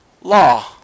law